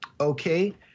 Okay